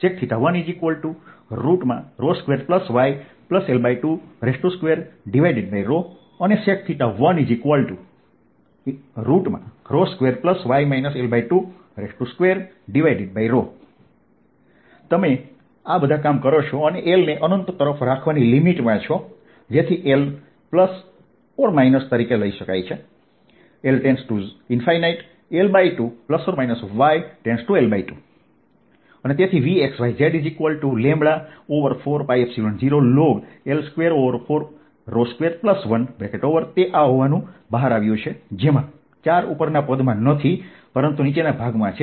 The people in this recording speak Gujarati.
sec 12yL22 sec 22y L22 તમે આ બધા કામ કરો છો અને L ને અનંત તરફ રાખવાની લિમિટમાં છો જેથી L or Minus તરીકે લઈ શકાય L→∞ L2±y→L2 Vxyz4π0ln L2421 તે આ હોવાનું બહાર આવ્યું છે જેમાં 4 ઉપરના પદમાં નથી પરંતુ નીચેના ભાગમાં છે